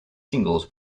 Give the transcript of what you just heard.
singles